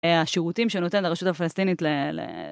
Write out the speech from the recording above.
השירותים שנותנת הרשות הפלסטינית ל...